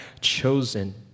chosen